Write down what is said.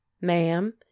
ma'am